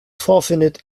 vorfindet